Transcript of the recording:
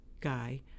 guy